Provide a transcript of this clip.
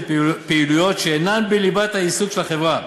פעילויות שאינן בליבת העיסוק של החברה,